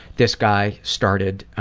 this guy started